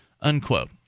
unquote